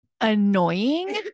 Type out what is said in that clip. annoying